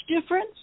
difference